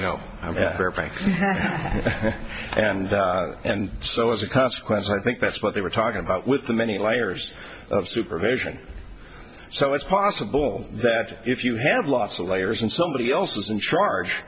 frank and and so as a consequence i think that's what they were talking about with the many layers of supervision so it's possible that if you have lots of layers and somebody else is in charge